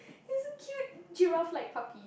isn't cute giraffe like puppy